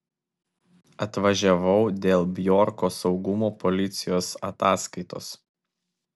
atvažiavau dėl bjorko saugumo policijos ataskaitos